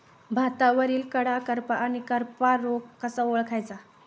भातावरील कडा करपा आणि करपा रोग कसा ओळखायचा?